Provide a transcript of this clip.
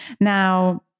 Now